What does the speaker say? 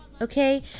Okay